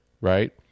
right